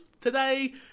today